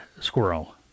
squirrel